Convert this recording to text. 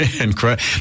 incredible